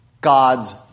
God's